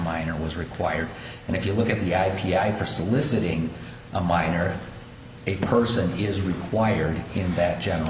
minor was required and if you look at the i p i for soliciting a minor a person is required him back general